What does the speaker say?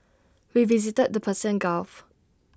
we visited the Persian gulf